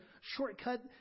shortcut